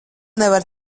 nevar